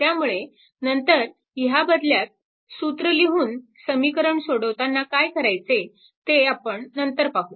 त्यामुळे नंतर ह्याबदल्यात सूत्र लिहून समीकरण सोडवताना काय करायचे ते आपण नंतर पाहू